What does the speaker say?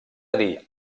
dir